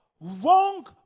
Wrong